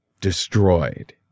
destroyed